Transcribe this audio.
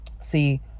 See